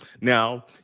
Now